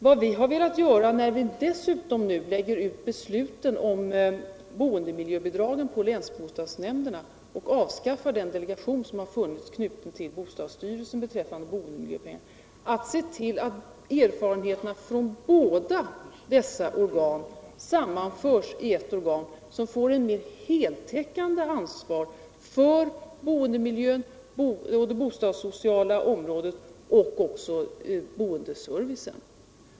Vad vi har velat göra när vi nu dessutom lägger ut besluten om boendemiljöbidragen på länsbostadsnämnderna och avskaffar den delegation som har funnits knuten till bostadsstyrelsen är att se till att erfarenheterna från båda dessa organ sammanförs i ett organ som får ett mer heltäckande ansvar för boendemiljön, det bostadssociala området och boendeservicen.